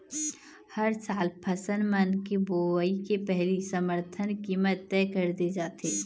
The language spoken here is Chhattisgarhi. हर साल फसल मन के बोवई के पहिली समरथन कीमत तय कर दे जाथे